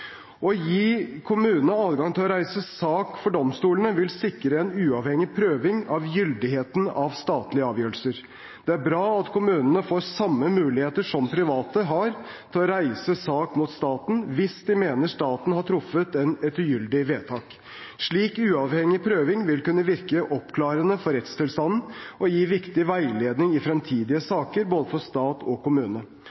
Å gi kommunene adgang til å reise sak for domstolene vil sikre en uavhengig prøving av gyldigheten av statlige avgjørelser. Det er bra at kommunene får samme muligheter som private har til å reise sak mot staten hvis de mener at staten har truffet et ugyldig vedtak. Slik uavhengig prøving vil kunne virke oppklarende for rettstilstanden og gi viktig veiledning i fremtidige